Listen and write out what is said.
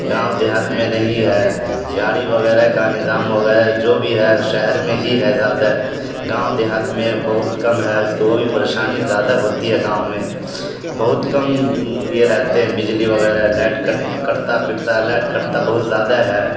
گاؤں دیہات میں نہیں ہے گاڑی وغیرہ کا نظام وغیرہ جو بھی ہے شہر میں ہی ہے زیادہ گاؤں دیہات میں بہت کم ہے اس کو وہ بھی پریشانی زیادہ ہوتی ہے گاؤں میں بہت کم یہ رہتے ہیں بجلی وغیرہ لائٹ کٹتا پٹتا لائٹ کٹتا بہت زیادہ ہے